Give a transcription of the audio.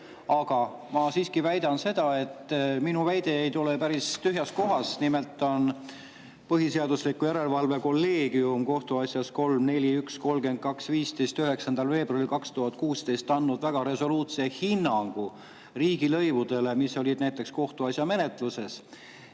Aga ma siiski väidan seda, et minu väide ei tule päris tühjast kohast. Nimelt on põhiseaduslikkuse järelevalve kolleegium kohtuasjas 3-4-1-32-15 andnud 9. veebruaril 2016 väga resoluutse hinnangu riigilõivudele, mis olid näiteks kohtuasja menetluses,